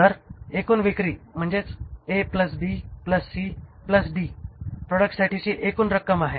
तर एकूण विक्री म्हणजे A plus B plus C plus D products साठीची एकूण रक्कम आहे